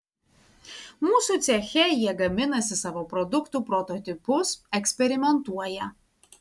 mūsų ceche jie gaminasi savo produktų prototipus eksperimentuoja